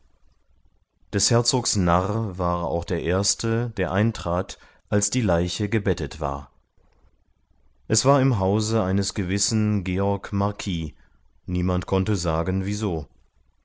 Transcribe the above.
des herzogs narr war auch der erste der eintrat als die leiche gebettet war es war im hause eines gewissen georg marquis niemand konnte sagen wieso